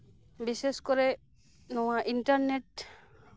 ᱵᱤᱥᱮᱹᱥ ᱠᱚᱨᱮᱹ ᱱᱚᱣᱟ ᱤᱱᱴᱟᱨᱱᱮᱹᱴ